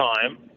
time